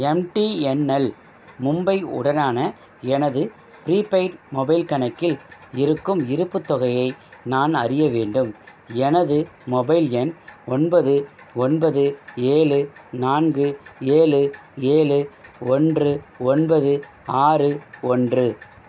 MTNL Mumbai உடனான எனது prepaid mobile கணக்கில் இருக்கும் இருப்புத் தொகையை நான் அறிய வேண்டும் எனது மொபைல் எண் ஒன்பது ஒன்பது ஏழு நான்கு ஏழு ஏழு ஒன்று ஒன்பது ஆறு ஒன்று